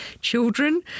children